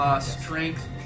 strength